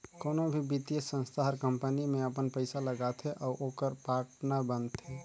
कोनो भी बित्तीय संस्था हर कंपनी में अपन पइसा लगाथे अउ ओकर पाटनर बनथे